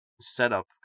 setup